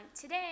Today